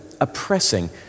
oppressing